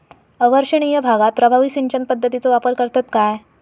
अवर्षणिय भागात प्रभावी सिंचन पद्धतीचो वापर करतत काय?